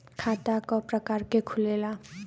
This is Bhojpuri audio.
खाता क प्रकार के खुलेला?